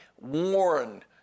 warned